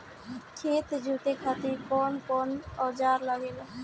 खेत जोते खातीर कउन कउन औजार लागेला?